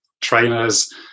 trainers